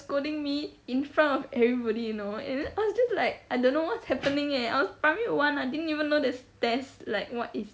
scolding me in front of everybody you know and then I was just like I don't know what's happening eh I was primary one I didn't even know there's test like what is